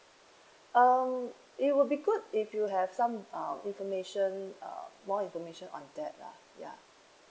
um it would be good if you have some uh information uh more information on that lah ya